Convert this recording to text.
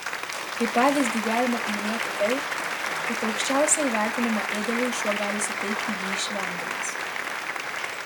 kaip pavyzdį galima paminėti tai kad aukščiausią įvertinimą ėdalui šuo gali suteikti jį išvemdamas